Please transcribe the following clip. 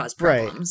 Right